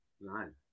Nine